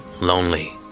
lonely